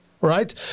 Right